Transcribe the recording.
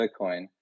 bitcoin